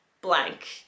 blank